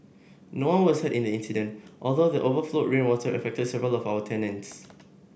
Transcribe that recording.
no one was hurt in the incident although the overflowed rainwater affected several of our tenants